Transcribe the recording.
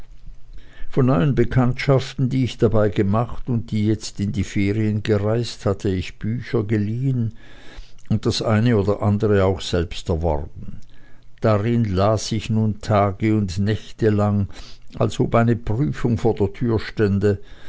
von neuen bekanntschaften die ich dabei gemacht und die jetzt in die ferien gereist hatte ich bücher geliehen und das eine oder andere auch selbst erworben darin las ich nun tage und nächtelang als ob eine prüfung vor der türe stände